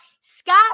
Scott